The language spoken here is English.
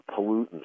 pollutants